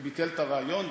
וביטל את הריאיון.